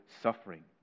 suffering